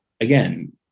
again